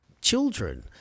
children